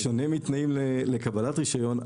אבל כאן בשונה מתנאים לקבלת רישיון,